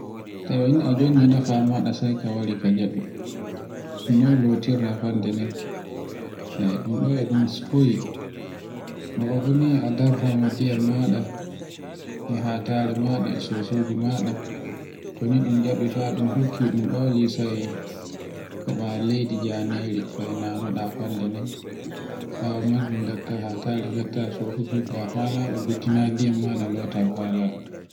Taweni a jongi nefa maɗa sai ka wari ka jaɓi, noy lotirta fanɗe nden, e ɗun ɗo e ɗun soyi. Mo o buni a darta e ndiyam maɗa e hatae maɗa e sosoji maɗa toni ɗun jaɓi fa ɗun hukki ɗun ɓauli sai keɓa leydi janeri sai nanoɗa fande nden, ɓawo majum ngatta hattare ngatta sofu jiggi a fa laɓa mbittina ndiyam lota haa laɓa.